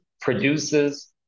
produces